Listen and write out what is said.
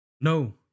No